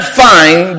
find